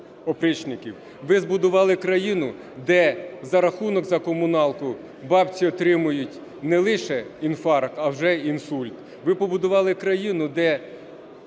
Ви збудували країну, де за рахунок за комуналку бабці отримують не лише інфаркт, а вже й інсульт. Ви побудували країну, де